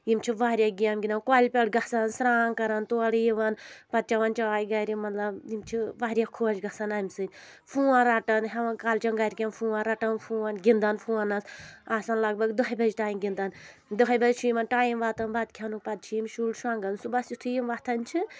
یِم چھِ واریاہ گیم گِنٛدان کۄلہِ پؠٹھ گژھان سرٛان کران تورٕ یِوان پَتہٕ چؠوَان چاے گرِ مطلب یِم چھِ واریاہ خۄش گژھان امہِ سۭتۍ فون رَٹان ہؠوان کالچؠن گرِکؠن فون رَٹان فون گِنٛدَان فونَس آسان لگ بگ دٔہہِ بَجہِ تام گِنٛدَان دٔہہِ بَجہِ چھُ یِمَن ٹایم واتان بَتہٕ کھؠنُک پَتہٕ چھِ یِم شُرۍ شۄنٛگان صُبَحس یِتھُے یِم وۄتھَان چھِ